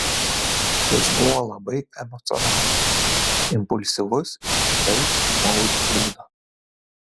jis buvo labai emocionalus impulsyvus ir tikrai ūmaus būdo